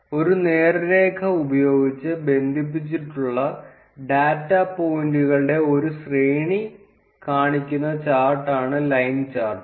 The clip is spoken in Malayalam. ഒരു നേർരേഖ ഉപയോഗിച്ച് ബന്ധിപ്പിച്ചിട്ടുള്ള ഡാറ്റ പോയിന്റുകളുടെ ഒരു ശ്രേണി കാണിക്കുന്ന ചാർട്ടാണ് ലൈൻ ചാർട്ട്